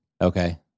Okay